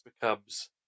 becomes